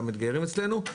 למתגיירים אצלנו.